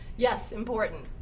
yes, important.